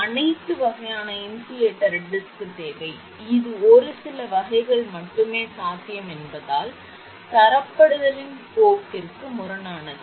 அதாவது அனைத்து வகையான இன்சுலேட்டர் டிஸ்க் தேவை இது ஒரு சில வகைகள் மட்டுமே சாத்தியம் என்பதால் தரப்படுத்தலின் போக்கிற்கு முரணானது